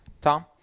tom